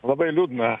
labai liūdna